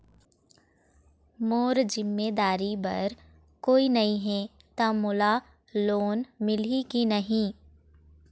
मोर जिम्मेदारी बर कोई नहीं हे त मोला लोन मिलही की नहीं?